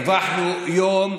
הרווחנו יום.